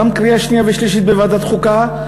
גם קריאה שנייה ושלישית בוועדת חוקה,